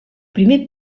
primer